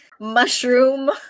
mushroom